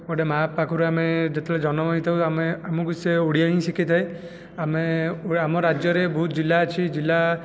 ଗୋଟିଏ ମା' ପାଖରୁ ଆମେ ଯେତେବେଳେ ଜନ୍ମ ହୋଇଥାଉ ଆମେ ଆମକୁ ସେ ଓଡ଼ିଆ ହିଁ ଶିଖାଇଥାଏ ଆମେ ଆମ ରାଜ୍ୟରେ ବହୁତ ଜିଲ୍ଲା ଅଛି ଜିଲ୍ଲା